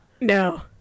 No